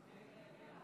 46 חברי כנסת